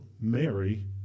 Mary